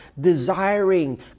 desiring